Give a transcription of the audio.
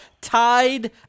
tied